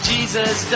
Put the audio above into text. Jesus